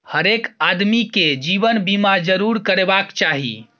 हरेक आदमीकेँ जीवन बीमा जरूर करेबाक चाही